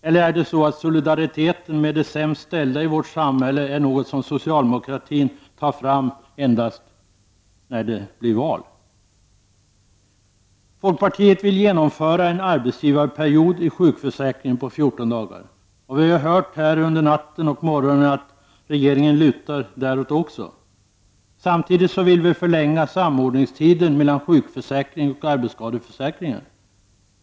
Eller är det så att solidariteten med de sämst ställda i vårt samhälle är något som socialdemokratin tar fram endast när det blir val? Folkpartiet vill genomföra en arbetsgivarperiod i sjukförsäkringen på 14 dagar. Och vi har under natten och morgonen hört att regeringen också lutar däråt. Samtidigt vill vi förlänga tiden för samordning mellan sjukförsäkringen och arbetsskadeförsäkringen.